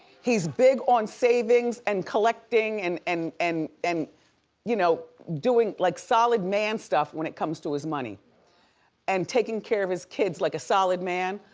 he's big on savings and collecting and and and and, you know, doing like solid man stuff when it comes to his money and taking care of his kids like a solid man.